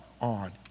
on